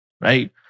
right